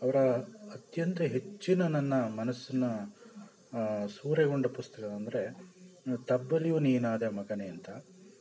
ಅವರ ಅತ್ಯಂತ ಹೆಚ್ಚಿನ ನನ್ನ ಮನಸ್ಸನ್ನು ಸೂರೆಗೊಂಡ ಪುಸ್ತಕ ಅಂದರೆ ತಬ್ಬಲಿಯು ನೀನಾದೆ ಮಗನೇ ಅಂತ